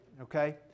okay